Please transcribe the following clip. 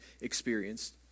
experienced